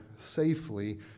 safely